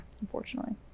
Unfortunately